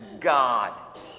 God